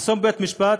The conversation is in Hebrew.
לחסום בית-משפט,